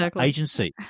agency